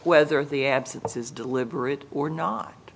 whether the absence is deliberate or not